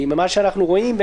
ממה שאנחנו רואים,